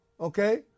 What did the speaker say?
okay